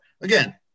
again